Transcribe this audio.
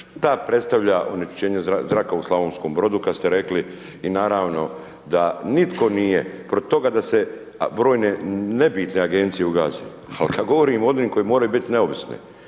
šta predstavlja onečišćenje zraka u Slavonskom Brodu kada ste rekli i naravno, da nitko nije protiv toga da se brojne nebitne Agencije ugase, al kad govorimo o onima koje moraju biti neovisno.